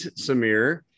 Samir